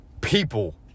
people